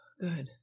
good